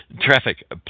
Traffic